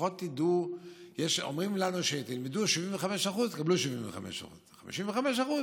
אומרים לנו: תלמדו 75% תקבלו 75%; 55%